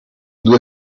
due